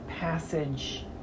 passage